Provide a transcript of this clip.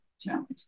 challenge